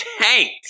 tanked